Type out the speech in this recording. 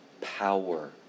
power